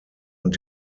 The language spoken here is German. und